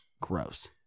Gross